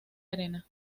arena